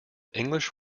english